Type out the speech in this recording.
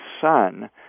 son